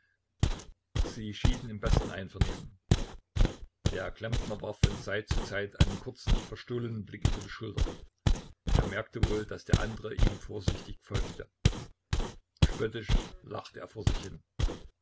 sie schieden im besten einvernehmen der klempner warf von zeit zu zeit einen kurzen verstohlenen blick über die schulter er merkte wohl daß der andere ihm vorsichtig folgte spöttisch lachte er vor sich hin